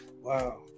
wow